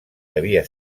devia